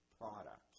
product